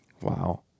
Wow